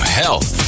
health